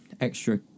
extra